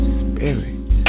spirit